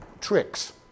tricks